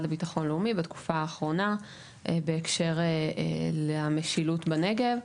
לביטחון לאומי בתקופה האחרונה בהקשר למשילות בנגב.